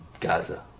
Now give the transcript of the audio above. Gaza